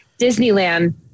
Disneyland